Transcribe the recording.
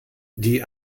die